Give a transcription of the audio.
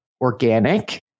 organic